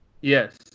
Yes